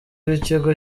w’ikigo